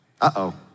Uh-oh